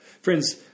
Friends